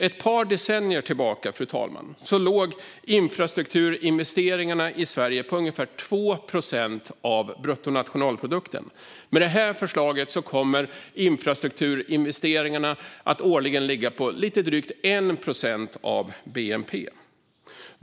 Ett par decennier tillbaka, fru talman, låg infrastrukturinvesteringarna i Sverige på ungefär 2 procent av bruttonationalprodukten. Med det här förslaget kommer infrastrukturinvesteringarna att årligen ligga på lite drygt 1 procent av bnp.